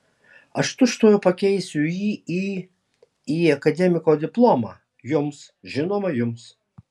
aš tučtuojau pakeisiu jį į į akademiko diplomą jums žinoma jums